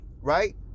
Right